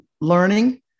learning